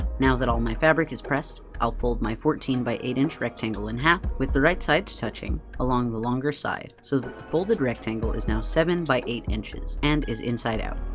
now that all my fabric is pressed, i'll fold my fourteen by eight inch rectangle in half, with the right sides touching, along the longer side, so that folded rectangle is now seven by eight inches, and is inside out.